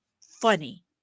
funny